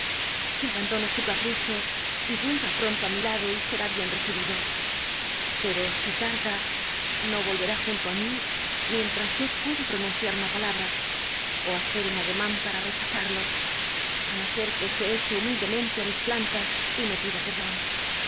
su tc su capricho y que vucha madre que abantlo pronto r mi indo y ser i bien recibido pero si tarda no olren junto li mi mienlms yo pueda pro nunciar una palal l'a ó hacer un ademan para rechazarlo i no ser que se eche humildemente á mis plantas y me pida perdon